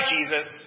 Jesus